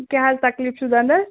کیٛاہ حظ تَکلیٖف چھُ دَنٛدس